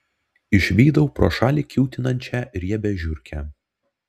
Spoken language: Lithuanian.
išvydau pro šalį kiūtinančią riebią žiurkę